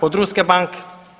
Pod ruske banke.